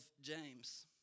James